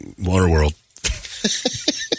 Waterworld